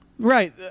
right